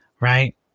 Right